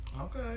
okay